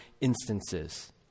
instances